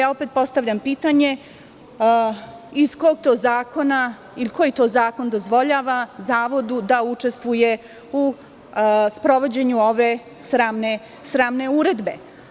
Opet postavljam pitanje, iz kog to zakona, ili koji to zakon dozvoljava Zavodu da učestvuje u sprovođenju ove sramne uredbe.